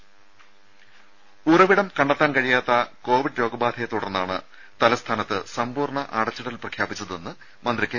രുദ ഉറവിടം കണ്ടെത്താൻ കഴിയാത്ത കോവിഡ് രോഗബാധ യെത്തുടർന്നാണ് തലസ്ഥാനത്ത് സമ്പൂർണ്ണ അടച്ചിടൽ പ്രഖ്യാപിച്ചതെന്ന് മന്ത്രി കെ